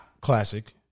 classic